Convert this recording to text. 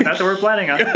that so we're planning on.